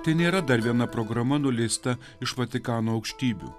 tai nėra dar viena programa nuleista iš vatikano aukštybių